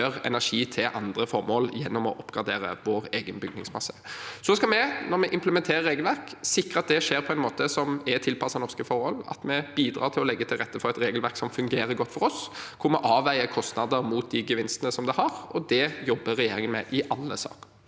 frigjøre energi til andre formål gjennom å oppgradere vår egen bygningsmasse. Når vi implementerer regelverk, skal vi sikre at det skjer på en måte som er tilpasset norske forhold, at vi bidrar til å legge til rette for et regelverk som fungerer godt for oss, hvor vi avveier kostnader mot de gevinstene det gir. Det jobber regjeringen med i alle saker.